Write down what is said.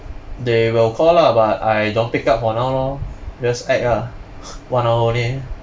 they will call lah but I don't pick up for now lor just act ah one hour only